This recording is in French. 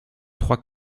trois